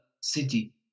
City